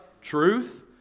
truth